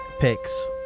picks